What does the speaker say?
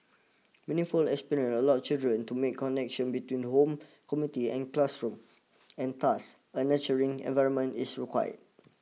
meaningful experiences allow children to make connections between home community and classroom and thus a nurturing environment is required